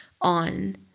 on